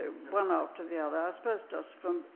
one after the other, i suppose just from,